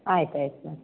ಆಯ್ತು ಆಯ್ತು ಸ